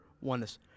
oneness